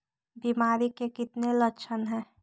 बीमारी के कितने लक्षण हैं?